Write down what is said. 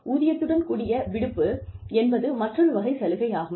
ஊதியத்துடன் கூடிய விடுப்பு என்பது மற்றொரு வகை சலுகை ஆகும்